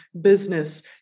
business